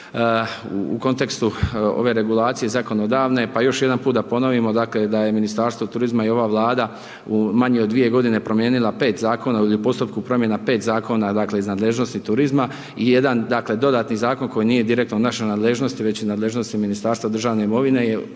u kontekstu ove regulacije zakonodavne. Pa još jedan put da ponovimo dakle da je Ministarstvo turizma i ova Vlada u manje u dvije godine promijenila 5 zakona .../Govornik se ne razumije./... u postupku promjena 5 zakona dakle iz nadležnosti turizma i jedan dakle dodatni zakon koji nije direktno u našoj nadležnosti već je u nadležnosti Ministarstva državne imovine je